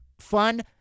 fun